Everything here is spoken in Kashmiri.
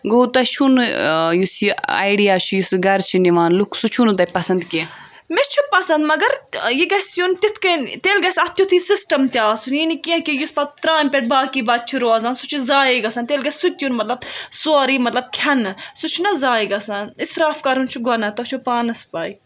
گو تۄہہِ چھُو نہٕ یُس یہِ اَیڈیا چھُ یُس یہِ گَرٕ چھِ نِوان لُک سُہ چھو نہٕ تۄہہِ پسند کیٚنٛہہ مےٚ چھُ پسند مگر یہِ گَژھہِ یُن تِتھ کَنۍ تیٚلہِ گَژھہِ اَتھ تیُتھے سِسٹَم تہِ آسُن یہِ نہٕ کیٚنٛہہ کہِ یُس پَتہٕ ترامہِ پٮ۪ٹھ باقی بَتہٕ چھُ روزان سُہ چھُ زایہِ گَژھان تیٚلہِ گَژھہِ سُتہِ یُن مطلب سورے مطلب کھٮ۪نہٕ سُہ چھُ نا زایہِ گَژھان اِسراف کَرُن چھُ گۄناہ تۄہہِ چھو پانس پے